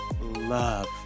love